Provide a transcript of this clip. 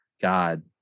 God